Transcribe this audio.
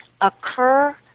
occur